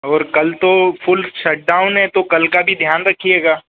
और कल तो फूल शटड़ाउन हैं तो कल का भी ध्यान रखिएगा